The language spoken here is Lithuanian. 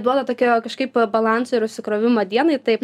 duoda tokio kažkaip balanso ir užsikrovimo dienai tai